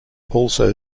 also